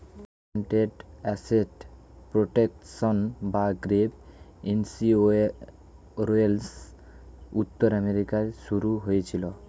guaranteed asset protection বা gap insurance উত্তর আমেরিকায় শুরু হয়েছিল